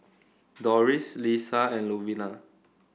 Doris Lissa and Louella